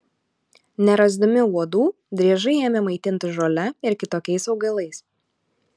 nerasdami uodų driežai ėmė maitintis žole ir kitokiais augalais